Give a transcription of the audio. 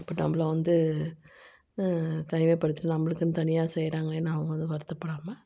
இப்போ நம்மள வந்து தனிமைப்படுத்தி நம்மளுக்குன்னு தனியாக செய்கிறாங்களேன்னு அவங்களும் வருத்தப்படாமல்